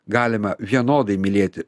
galima vienodai mylėti